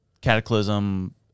cataclysm